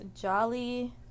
jolly